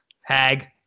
Hag